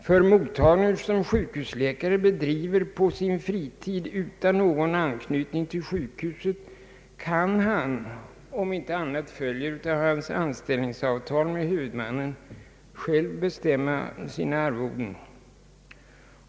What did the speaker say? För mottagning som sjukhusläkare bedriver på sin fritid utan någon anknytning till sjukhuset kan han, om ej annat följer av hans anställningsavtal med huvudmännen, själv bestämma sina arvoden.